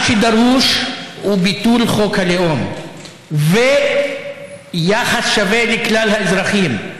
מה שדרוש הוא ביטול חוק הלאום ויחס שווה לכלל האזרחים,